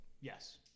Yes